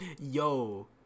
Yo